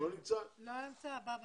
הבא בתור.